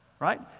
Right